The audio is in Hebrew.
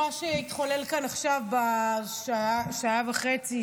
מה שהתחולל פה עכשיו בשעה וחצי,